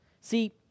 See